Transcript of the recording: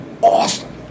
awesome